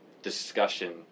Discussion